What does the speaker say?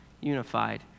unified